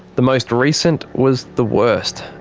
the most recent was the worst.